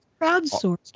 crowdsourced